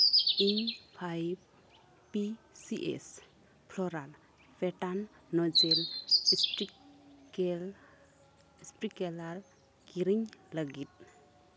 ᱤᱧ five P C S flora petal nozzle sticker sprinkler ᱠᱤᱨᱤᱧ ᱞᱟᱹᱜᱤᱫ